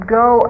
go